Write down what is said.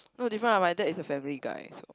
no different ah my dad is a family guy also